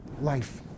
life